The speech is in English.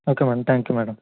okay madam thank you madam